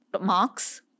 marks